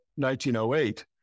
1908